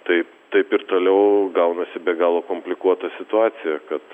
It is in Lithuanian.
taip taip ir toliau gaunasi be galo komplikuota situacija kad